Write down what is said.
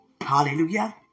Hallelujah